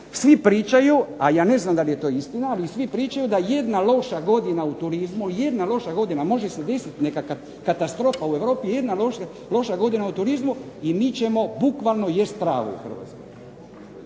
svi pričaju, a ja ne znam da li je to istina, ali svi pričaju da jedna loša godina u turizmu, jedna loša godina, može se desit neka katastrofa u Europi, jedna loša godina u turizmu i mi ćemo bukvalno jesti travu u Hrvatskoj.